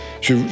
Je